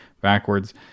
backwards